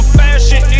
fashion